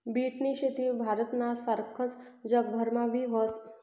बीटनी शेती भारतना सारखस जगभरमा बी व्हस